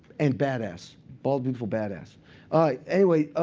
and bad ass. bald, beautiful, bad ass ah anyway,